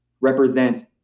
represent